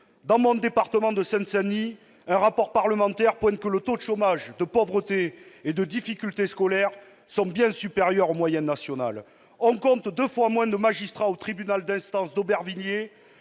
Dans mon département de Seine-Saint-Denis, un rapport parlementaire pointe que les taux de chômage, de pauvreté et de difficultés scolaires sont bien supérieurs aux moyennes nationales. On compte ainsi deux fois moins de magistrats au tribunal d'instance d'Aubervilliers